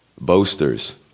boasters